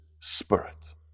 Spirit